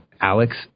Alex